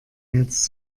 jetzt